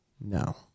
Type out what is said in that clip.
no